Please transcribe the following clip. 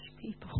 people